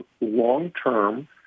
long-term